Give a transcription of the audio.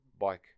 bike